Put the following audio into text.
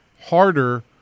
harder